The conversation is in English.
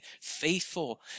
faithful